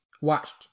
watched